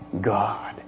God